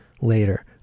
later